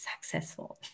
successful